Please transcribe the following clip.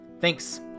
Thanks